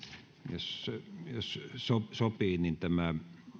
jos jos sopii niin tämä